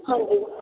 ਹਾਂਜੀ